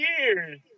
years